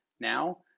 now